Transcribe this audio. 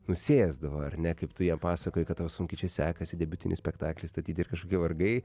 nusėsdavo ar ne kaip tu jam pasakojai kad tau sunkiai čia sekasi debiutinį spektaklį statyti ir kažkokie vargai